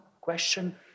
question